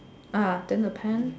then the pant